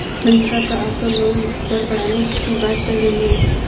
महिंद्रा का auto loan दर बढ़ने की बात चल रही है